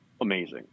amazing